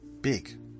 big